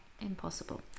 Impossible